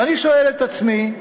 ואני שואל את עצמי,